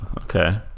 Okay